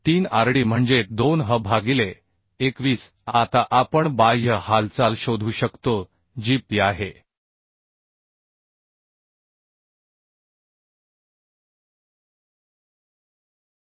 23 rd म्हणजे 2h भागिले 21 आता आपण बाह्य हालचाल शोधू शकतो जी P आहे